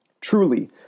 Truly